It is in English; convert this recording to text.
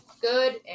Good